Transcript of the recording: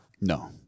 No